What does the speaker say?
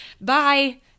bye